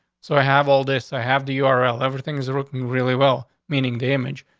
so i have all this. i have the yeah url. everything is looking really well, meaning the image.